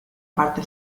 parte